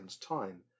time